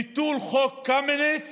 ביטול חוק קמיניץ